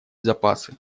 запасы